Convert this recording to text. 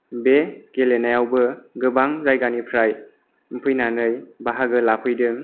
बे गेलेनायावबो गोबां जायगानिफ्राय फैनानै बाहागो लाफैदों